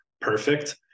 perfect